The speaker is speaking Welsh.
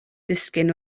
disgyn